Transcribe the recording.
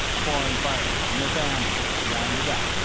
foreign fighters and their families rounded up,